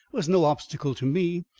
was no obstacle to me.